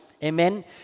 Amen